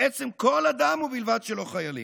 בעצם כל אדם, ובלבד שלא חיילים,